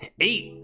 eight